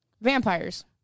Vampires